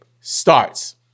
starts